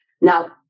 Now